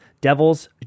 Devils